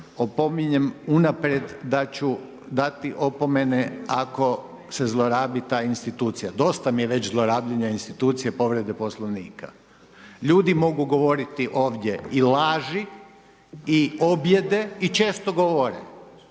opominjem unaprijed da ću dati opomene ako se zlorabi ta institucija, dosta mi je već zlorabljenja institucije povrede poslovnika. Ljudi mogu govoriti ovdje i laži i objede i često govore,